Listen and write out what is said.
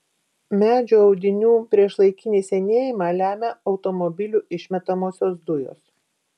medžių audinių priešlaikinį senėjimą lemia automobilių išmetamosios dujos